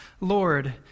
Lord